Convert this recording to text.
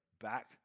back